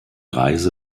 reise